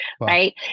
right